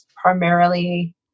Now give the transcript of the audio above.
primarily